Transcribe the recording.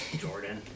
Jordan